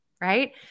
right